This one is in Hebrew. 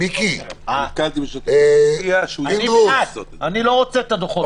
אני לא רוצה את הדוחות האלה.